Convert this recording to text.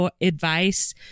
advice